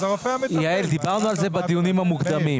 יעל, דיברנו על זה בדיונים המוקדמים.